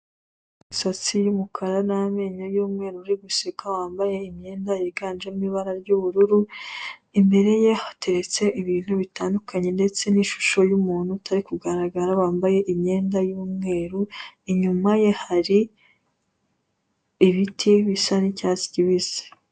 Satsi y'umukara n'amenyo y'umweru uri guseka wambaye imyenda yiganjemo ibara ry'ubururu, imbere ye hateretse ibintu bitandukanye ndetse n'ishusho y'umuntu utari kugaragara wambaye imyenda y'umweru, inyuma ye hari ibiti bisa n'icyatsi kibisi.